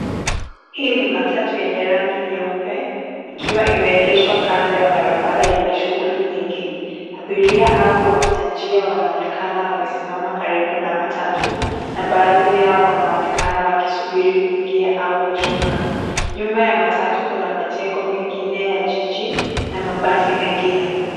Hii ni matatu yenye rangi nyeupe ikiwa imeegeshwa kando ya barabara yenye shughuli nyingi. Abiria au wapita njia wanaonekana wamesimama karibu na matatu na baadhi yao wanaonekana wakisubiri kuingia au kushuka. Nyuma ya matatu kuna majengo mengine ya jiji na mabasi mengine.